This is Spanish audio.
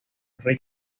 richard